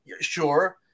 sure